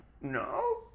No